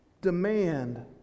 demand